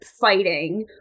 fighting